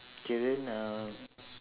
okay then uh